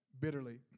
bitterly